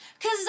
Cause